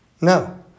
No